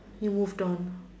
you move down